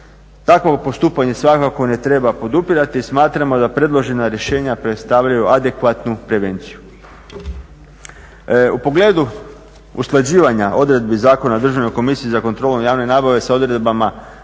Takvo postupanje svakako ne treba podupirati, smatramo da predložena rješenja predstavljaju adekvatnu prevenciju. U pogledu usklađivanja odredbi Zakona o Državnoj komisiji za kontrolu javne nabave sa odredbama